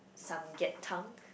Samgyetang